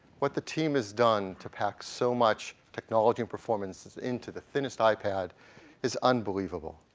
what the team has done to pack so much technology and performances into the thinnest ipad is unbelievable.